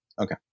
okay